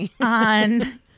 on